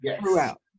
throughout